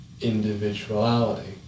individuality